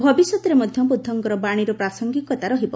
ଭବିଷ୍ୟତରେ ମଧ୍ୟ ବୁଦ୍ଧଙ୍କର ବାଣୀର ପ୍ରାସଙ୍ଗିକତା ରହିବ